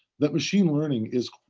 that machine learning is